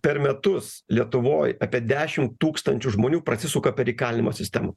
per metus lietuvoj apie dešim tūkstančių žmonių prasisuka per įkalinimo sistemą